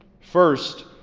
First